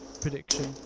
prediction